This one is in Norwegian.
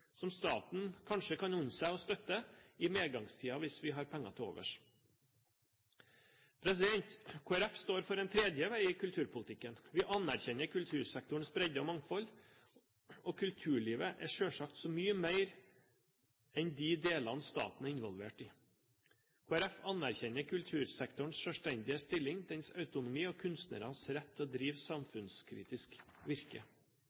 som staten kanskje kan unne seg å støtte i medgangstider hvis vi har penger til overs. Kristelig Folkeparti står for en tredje vei i kulturpolitikken. Vi anerkjenner kultursektorens bredde og mangfold, og kulturlivet er selvsagt så mye mer enn de delene staten er involvert i. Kristelig Folkeparti anerkjenner kultursektorens selvstendige stilling, dens autonomi og kunstnernes rett til å drive samfunnskritisk virke.